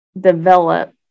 develop